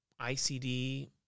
ICD